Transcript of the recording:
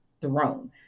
thrown